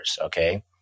Okay